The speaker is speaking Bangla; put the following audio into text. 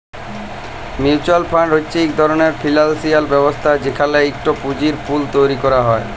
মিউচ্যুয়াল ফাল্ড হছে ইক ধরলের ফিল্যালসিয়াল ব্যবস্থা যেখালে ইকট পুঁজির পুল তৈরি ক্যরা হ্যয়